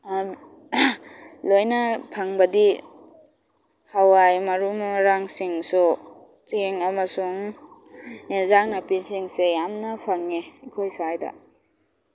ꯂꯣꯏꯅ ꯐꯪꯕꯗꯤ ꯍꯋꯥꯏ ꯃꯔꯨ ꯃꯔꯥꯡꯁꯤꯡꯁꯨ ꯆꯦꯡ ꯑꯃꯁꯨꯡ ꯌꯦꯟꯖꯥꯡ ꯅꯥꯄꯤꯁꯤꯡꯁꯦ ꯌꯥꯝꯅ ꯐꯪꯉꯦ ꯑꯩꯈꯣꯏ ꯁ꯭ꯋꯥꯏꯗ